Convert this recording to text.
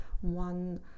one